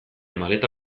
maleta